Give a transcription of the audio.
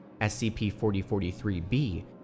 SCP-4043-B